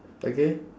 okay